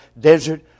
desert